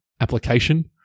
application